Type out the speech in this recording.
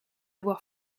voir